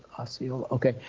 osceola, okay.